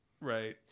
right